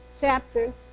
chapter